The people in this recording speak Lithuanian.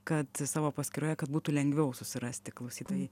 kad savo paskyroje kad būtų lengviau susirasti klausytojai